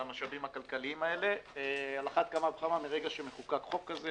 המשאבים הכלכליים האלה על אחת כמה וכמה מרגע שמחוקק חוק כזה